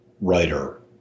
writer